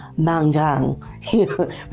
Mangang